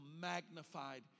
magnified